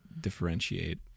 differentiate